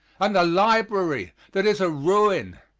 and the library that is a ruin.